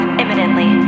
imminently